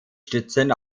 stützen